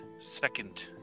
second